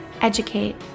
educate